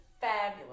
fabulous